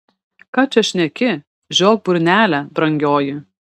ką čia šneki žiok burnelę brangioji